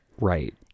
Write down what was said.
Right